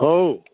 ହଉ